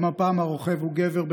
גם הפעם הרוכב הוא גבר,